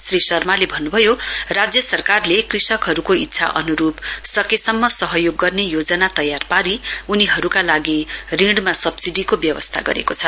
श्री शर्माले भन्नभयो राज्य सरकारले क्रषकहरुको इच्छा अन्रुप सकेसम्म सहयोग गर्ने योजना तयार पारी उनीहरुका लागि ऋणमा सब्सिडीको व्यवस्था गरेको छ